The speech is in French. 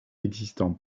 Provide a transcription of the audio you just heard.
existants